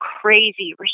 crazy